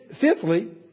fifthly